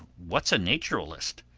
what's a nacheralist?